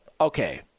Okay